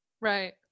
Right